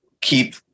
keep